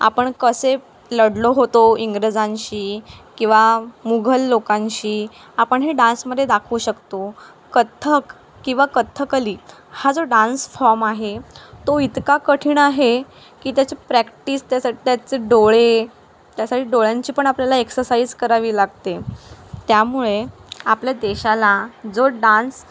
आपण कसे लढलो होतो इंग्रजांशी किंवा मोगल लोकांशी आपण हे डान्समध्ये दाखवू शकतो कथ्थक किंवा कथकली हा जो डान्स फॉम आहे तो इतका कठीण आहे की त्याची प्रॅक्टिस त्यासाठी त्याचे डोळे त्यासाठी डोळ्यांची पण आपल्याला एक्सरसाइज करावी लागते त्यामुळे आपल्या देशाला जो डान्स